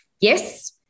Yes